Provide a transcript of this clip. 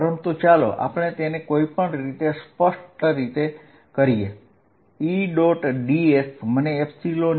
પરંતુ આપણે તેને સ્પષ્ટ રીતે કરીએ E